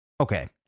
okay